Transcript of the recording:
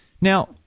Now